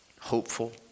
hopeful